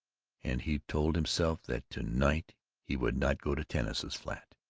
and he told himself that to-night he would not go to tanis's flat